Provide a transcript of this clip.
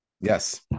Yes